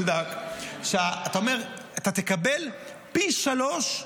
-- הוא צדק, הוא אומר: אתה תקבל פי שלושה